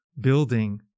building